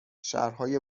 شهرهای